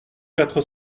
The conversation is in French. quatre